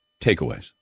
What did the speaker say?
takeaways